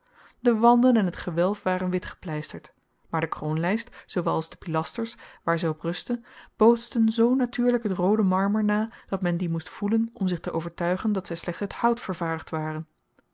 de wanden en het gewelf waren wit gepleisterd maar de kroonlijst zoowel als de pilasters waar zij op rustte bootsten zoo natuurlijk het roode marmer na dat men die moest voelen om zich te overtuigen dat zij slechts uit hout vervaardigd waren